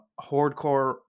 hardcore